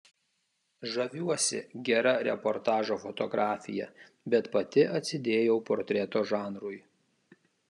žaviuosi gera reportažo fotografija bet pati atsidėjau portreto žanrui